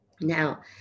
Now